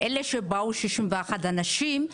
אלה שבאו 61 אנשים,